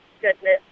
goodness